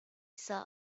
saw